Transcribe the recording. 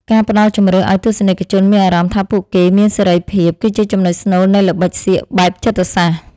ការផ្តល់ជម្រើសឱ្យទស្សនិកជនមានអារម្មណ៍ថាពួកគេមានសេរីភាពគឺជាចំណុចស្នូលនៃល្បិចសៀកបែបចិត្តសាស្ត្រ។